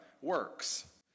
works